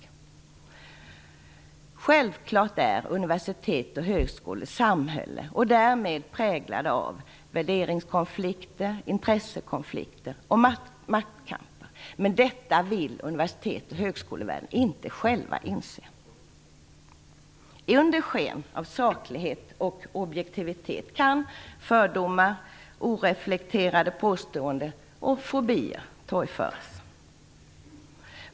Självfallet är universitet, högskolor och samhälle präglade av värderingskonflikter, intressekonflikter och maktkamp. Men detta vill universitets och högskolevärlden inte inse. Under sken av saklighet och objektivitet kan fördomar, oreflekterade påståenden och fobier torgföras.